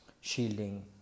shielding